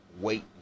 wait